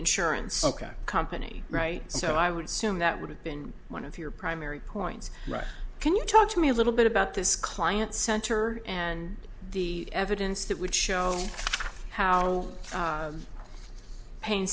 insurance company right so i would soon that would have been one of your primary points right can you talk to me a little bit about this client center and the evidence that would show how pain